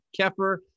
Keffer